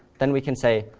then we can say,